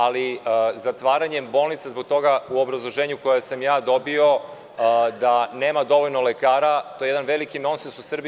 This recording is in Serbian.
Ali, zatvaranjem bolnica zbog toga, u obrazloženju koje sam ja dobio, da nema dovoljno lekara je jedan veliki nonses u Srbiji.